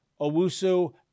owusu